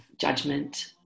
judgment